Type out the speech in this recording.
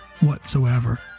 whatsoever